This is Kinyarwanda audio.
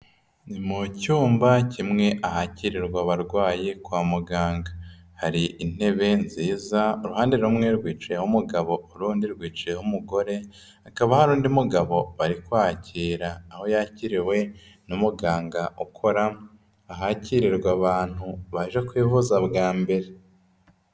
Ni mu cyumba kimwe ahakirirwa abarwayi kwa muganga, hari intebe nziza, uruhande rumwe rwicayeho umugabo, urundi rwicayeho umugore, hakaba hari undi mugabo bari kwakira aho yakiriwe n'umuganga ukora ahakirirwa abantu baje kwivuza bwa mbere.